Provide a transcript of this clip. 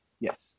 Yes